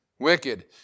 Wicked